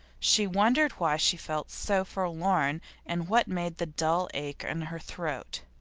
she wondered why she felt so forlorn and what made the dull ache in her throat.